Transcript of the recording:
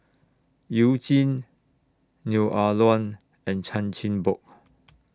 YOU Jin Neo Ah Luan and Chan Chin Bock